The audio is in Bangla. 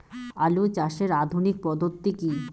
আলু চাষের আধুনিক পদ্ধতি কি?